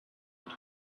had